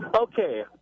Okay